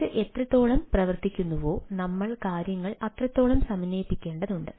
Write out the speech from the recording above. ഇത് എത്രത്തോളം പ്രവർത്തിക്കുന്നുവോ നമ്മൾ കാര്യങ്ങൾ അത്രത്തോളം സമന്വയിപ്പിക്കേണ്ടതുണ്ട്